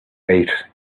ate